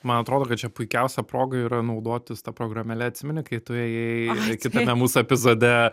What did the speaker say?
man atrodo kad čia puikiausia proga yra naudotis ta programėle atsimeni kai tu ėjai kitame mūsų epizode